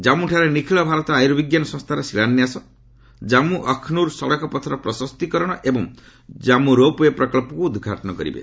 ଜାଞ୍ଜୁଠାରେ ନିଖଳଭାରତ ଆର୍ୟୁବିଜ୍ଞାନ ସଂସ୍ଥାର ଶିଳାନ୍ୟାସ କାଞ୍ଗୁ ଆଖନୁର ସଡକପଥର ପ୍ରଶସ୍ତୀକରଣ ଏବଂ ଜାଞ୍ଗୁ ରୋପ ଓ୍ବେ ପ୍ରକଳ୍ପକୁ ଉଦ୍ଘାଟନ କରିବେ